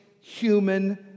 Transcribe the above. human